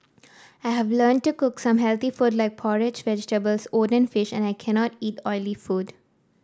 I have learned to cook some healthy food like porridge vegetables oat and fish and I cannot eat oily food